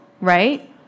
right